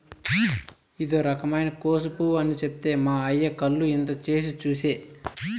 ఇదో రకమైన కోసు పువ్వు అని చెప్తే మా అయ్య కళ్ళు ఇంత చేసి చూసే